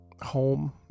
home